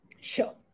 Sure